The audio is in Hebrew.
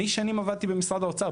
אני שנים עבדתי במשרד האוצר,